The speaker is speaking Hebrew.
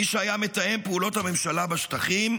מי שהיה מתאם פעולות הממשלה בשטחים,